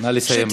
נא לסיים.